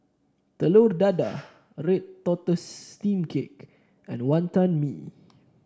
Telur Dadah Red Tortoise Steamed Cake and Wonton Mee